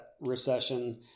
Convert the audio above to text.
recession